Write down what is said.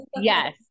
Yes